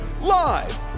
live